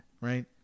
right